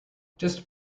just